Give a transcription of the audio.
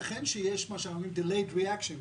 ייתכן שיש מה שאנחנו אומריםdelayed reaction,